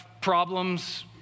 problems